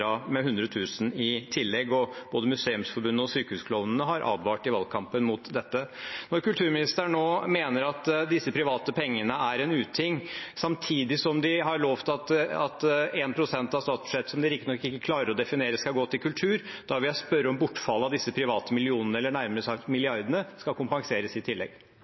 med 100 000 kr i tillegg. Både Museumsforbundet og Sykehusklovnene har advart mot dette i valgkampen. Når kulturministeren nå mener at disse private pengene er en uting, samtidig som de har lovt at 1 pst. av statsbudsjettet, som de riktignok ikke klarer å definere, skal gå til kultur, vil jeg spørre om bortfallet av disse private millionene, eller nærmere sagt milliardene, skal kompenseres i tillegg.